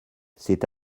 c’est